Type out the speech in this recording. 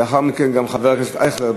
לאחר מכן גם חבר הכנסת אייכלר,